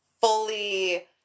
fully